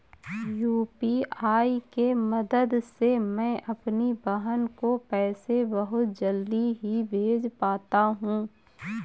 UPI के मदद से मैं अपनी बहन को पैसे बहुत जल्दी ही भेज पाता हूं